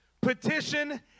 petition